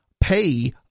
pay